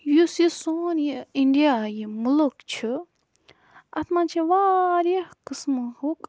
یُس یہِ سون یہِ اِنٛڈیا یہِ مٕلک چھِ اَتھ مَنٛز چھِ واریاہ قٕسمہٕ ہُک